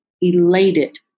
elated